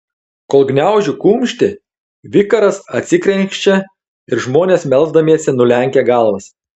kol gniaužiu kumštį vikaras atsikrenkščia ir žmonės melsdamiesi nulenkia galvas